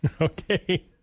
Okay